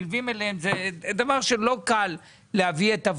נשמח לעשות את זה בבניין של העירייה.